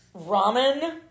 ramen